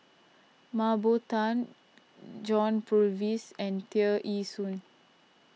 Mah Bow Tan John Purvis and Tear Ee Soon